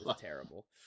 terrible